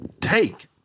take